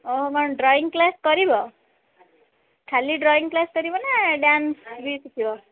ଓ କ'ଣ drawing class କରିବ ଖାଲି ଡ୍ରଇଁ କ୍ଲାସ୍ କରିବ ନା ଡ୍ୟାନ୍ସ ବି ଶିଖିବ ନା